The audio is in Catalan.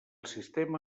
sistema